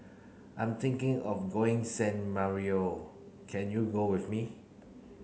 I'm thinking of going San Marino can you go with me